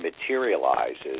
materializes